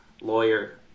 lawyer